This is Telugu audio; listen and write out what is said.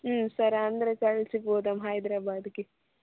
సరే అందరూ కలిసి పోదాం హైదరాబాద్కి